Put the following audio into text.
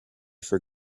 for